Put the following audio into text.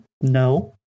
No